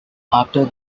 after